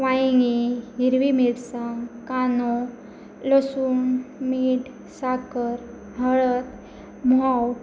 वांयंगी हिरवी मिरसांग कानो लसूण मीठ साकर हळद म्होंव